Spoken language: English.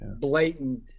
blatant